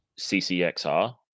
CCXR